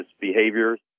behaviors